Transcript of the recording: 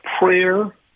prayer